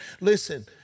Listen